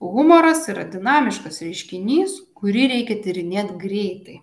humoras yra dinamiškas reiškinys kurį reikia tyrinėt greitai